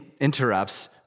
interrupts